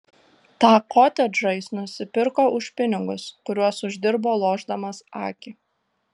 tą kotedžą jis nusipirko už pinigus kuriuos uždirbo lošdamas akį